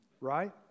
Right